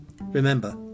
Remember